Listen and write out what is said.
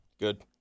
Good